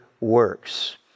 works